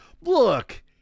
Look